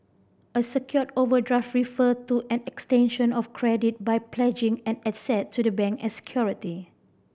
a secured overdraft refer to an extension of credit by pledging an asset to the bank as security